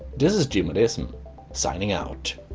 this is gmodism signing out